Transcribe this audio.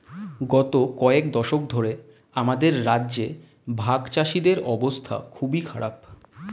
গত কয়েক দশক ধরে আমাদের রাজ্যে ভাগচাষীদের অবস্থা খুবই খারাপ